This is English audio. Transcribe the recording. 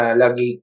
lagi